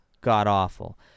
god-awful